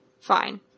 Fine